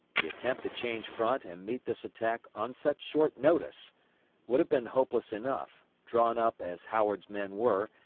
the attempt to change front and meet this attack on such short notice would have been hopeless enough, drawn up as howard's men were,